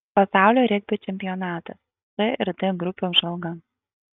pasaulio regbio čempionatas c ir d grupių apžvalga